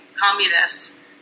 communists